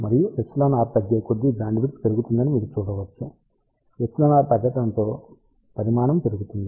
మరియు εr తగ్గే కొద్దీ బ్యాండ్విడ్త్ పెరుగుతుందని మీరు చూడవచ్చు εr తగ్గడంతో పరిమాణం పెరుగుతుంది